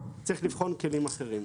צריך לבחון כלים אחרים.